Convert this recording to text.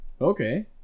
Okay